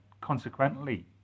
consequently